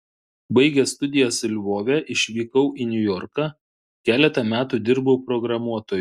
baigęs studijas lvove išvykau į niujorką keletą metų dirbau programuotoju